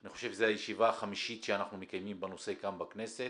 אני חושב שזו הישיבה החמישית שאנחנו מקיימים בנושא כאן בכנסת.